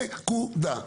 נקודה.